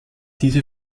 diese